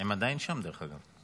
הם עדיין שם, דרך אגב.